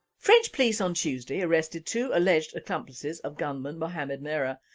french police on tuesday arrested two alleged accomplices of gunman mohamed merah,